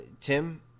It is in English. Tim